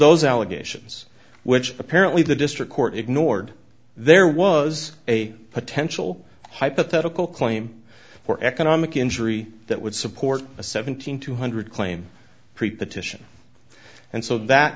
those allegations which apparently the district court ignored there was a potential hypothetical claim or economic injury that would support a seven thousand two hundred claim pre partition and so that